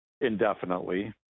indefinitely